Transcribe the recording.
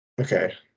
okay